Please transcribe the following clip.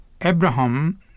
Abraham